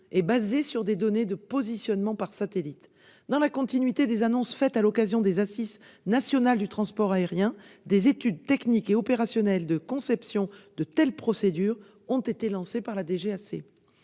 et basées sur des données de positionnement par satellite. Dans la continuité des annonces faites à l'occasion des Assises nationales du transport aérien, des études techniques et opérationnelles de conception de telles procédures ont été lancées par la